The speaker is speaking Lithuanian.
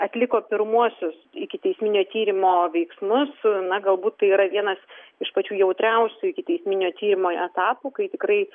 atliko pirmuosius ikiteisminio tyrimo veiksmus na galbūt tai yra vienas iš pačių jautriausių ikiteisminio tyrimui etapų kai tikrai